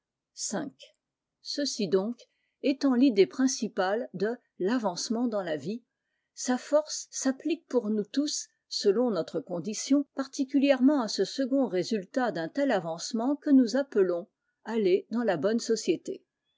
ceci donc étant l'idée principale de l'avancement dans la vie sa force s'applique pour nous tous selon notre condition particulièrement à ce second résultat d'un tel avancement que nous appelons aller dans la bonne société